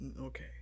Okay